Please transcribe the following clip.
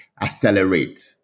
accelerate